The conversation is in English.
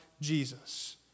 Jesus